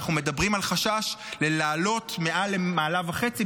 אנחנו מדברים על חשש לעלייה של מעל מעלה וחצי,